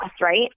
Right